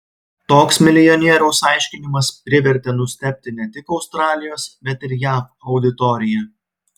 toks milijonieriaus aiškinimas privertė nustebti ne tik australijos bet ir jav auditoriją